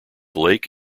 lake